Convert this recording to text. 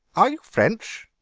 are you french?